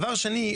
דבר שני,